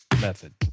method